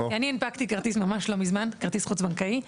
אני הנפקתי כרטיס ממש לא מזמן, כרטיס חוץ-בנקאי,